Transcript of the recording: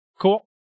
Cool